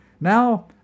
Now